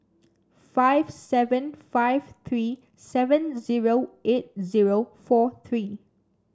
five seven five three seven zero eight zero four three